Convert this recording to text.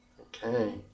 Okay